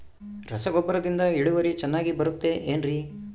ರಸಗೊಬ್ಬರದಿಂದ ಇಳುವರಿ ಚೆನ್ನಾಗಿ ಬರುತ್ತೆ ಏನ್ರಿ?